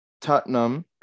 Tottenham